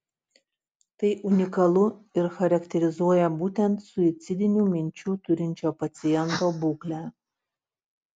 tai unikalu ir charakterizuoja būtent suicidinių minčių turinčio paciento būklę